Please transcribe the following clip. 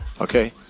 okay